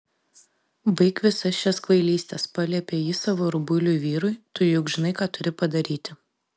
baik visas šias kvailystes paliepė ji savo rubuiliui vyrui tu juk žinai ką turi padaryti